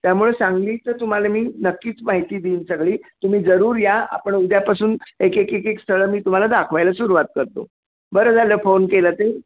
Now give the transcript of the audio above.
त्यामुळे सांगलीचं तुम्हाला मी नक्कीच माहिती देईन सगळी तुम्ही जरूर या आपण उद्यापासून एक एक एक एक स्थळं मी तुम्हाला दाखवायला सुरुवात करतो बरं झालं फोन केला ते